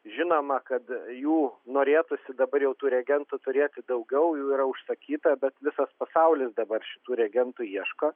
žinoma kad jų norėtųsi dabar jau tų regentų turėti daugiau jų yra užsakyta bet visas pasaulis dabar šitų regentų ieško